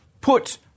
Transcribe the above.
Put